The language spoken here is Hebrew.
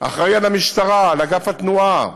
אחראי למשטרה, לאגף התנועה.